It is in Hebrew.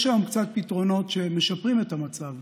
יש היום קצת פתרונות שמשפרים את המצב,